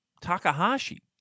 Takahashi